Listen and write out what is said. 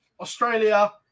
Australia